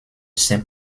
saint